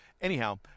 anyhow